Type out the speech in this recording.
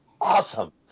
Awesome